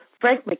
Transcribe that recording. Frank